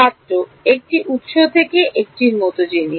ছাত্র একটি উত্স থেকে একটি মত জিনিস